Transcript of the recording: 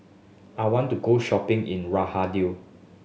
I want to go shopping in Riyadh